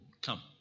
come